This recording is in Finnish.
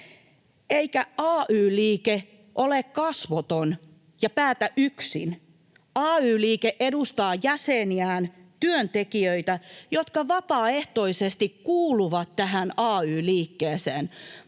Eikä ay-liike ole kasvoton ja päätä yksin. Ay-liike edustaa jäseniään, työntekijöitä, jotka vapaaehtoisesti kuuluvat tähän ay-liikkeeseen,